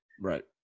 right